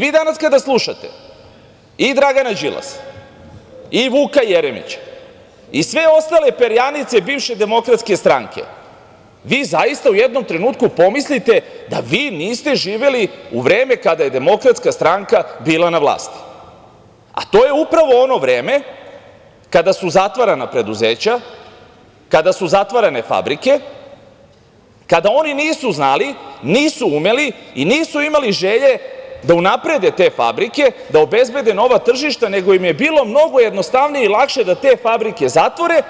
Vi danas kada slušate i Dragana Đilasa i Vuka Jeremića i sve ostale perjanice bivše Demokratske stranke, vi zaista u jednom trenutku pomislite da vi niste živeli u vreme kada je Demokratska stranka bila na vlasti, a to je upravo ono vreme kada su zatvarana preduzeća, kada su zatvarane fabrike, kada oni nisu znali, nisu umeli i nisu imali želje da unaprede te fabrike, da obezbede nova tržišta, nego im je bilo mnogo jednostavnije i lakše da te fabrike zatvore,